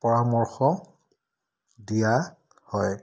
পৰামৰ্শ দিয়া হয়